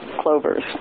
clovers